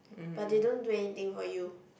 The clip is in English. but they don't do anything for you